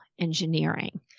Engineering